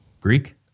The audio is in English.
Greek